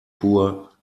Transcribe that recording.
poor